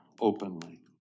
openly